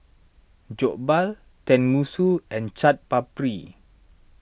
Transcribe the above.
Jokbal Tenmusu and Chaat Papri